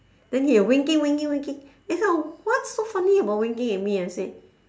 then he winking winking winking then what's so funny about winking at me I say